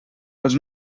els